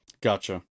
Gotcha